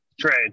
trade